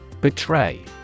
Betray